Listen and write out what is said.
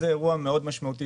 זה אירוע משמעותי מאוד.